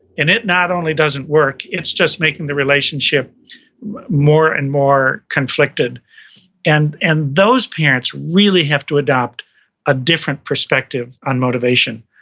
and it not only doesn't work, it's just making the relationship more and more conflicted and and those parents really have to adopt a different perspective on motivation.